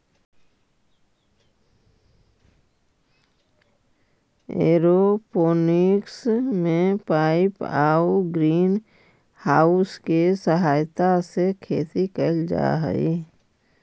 aeroponics में pipe आउ green house के सहायता से खेती कैल जा हइ